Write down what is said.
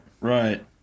right